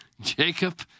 Jacob